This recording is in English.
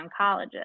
oncologist